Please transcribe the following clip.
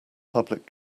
public